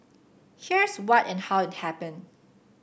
here's what and how it happened